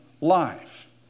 life